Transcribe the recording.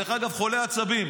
דרך אגב, חולה עצבים.